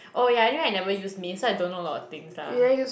oh yeah anyway I never use miss so I don't know a lot of things lah